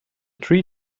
tree